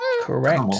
Correct